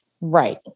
Right